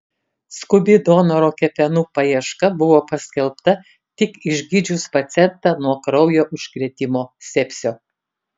skubi donoro kepenų paieška buvo paskelbta tik išgydžius pacientą nuo kraujo užkrėtimo sepsio